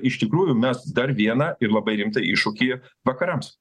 iš tikrųjų mes dar vieną ir labai rimtą iššūkį vakarams